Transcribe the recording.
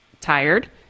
tired